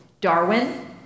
Darwin